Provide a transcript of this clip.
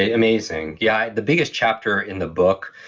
ah amazing. yeah the biggest chapter in the book,